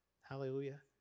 Hallelujah